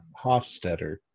Hofstetter